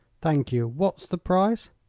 thank you. what's the price?